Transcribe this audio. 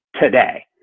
today